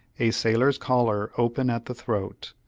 a sailor's collar open at the throat,